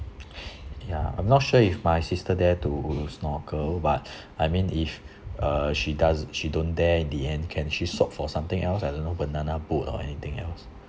ya I'm not sure if my sister dare to snorkel but I mean if uh she does she don't dare in the end can she sought for something else I don't know banana boat or anything else